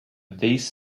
these